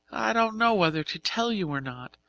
i don't know whether to tell you or not,